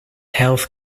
health